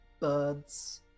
birds